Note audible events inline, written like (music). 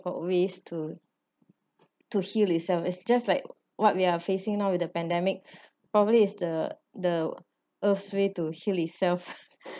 or ways to to heal itself is just like what we are facing now with the pandemic probably is the the earth's way to heal itself (laughs)